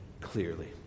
clearly